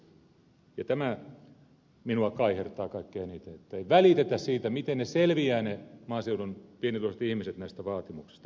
tämä minua kaihertaa kaikkein eniten ettei välitetä siitä miten ne maaseudun pienituloiset ihmiset selviävät näistä vaatimuksista